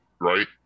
right